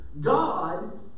God